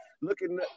looking